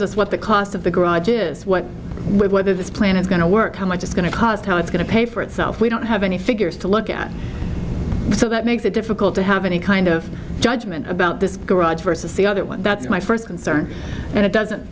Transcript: us what the cost of the grudge is what with whether this plan is going to work how much it's going to cost how it's going to pay for itself we don't have any figures to look at so that makes it difficult to have any kind of judgment about this garage versus the other one that's my st concern and it doesn't